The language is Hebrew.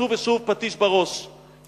שוב ושוב פטיש בראש.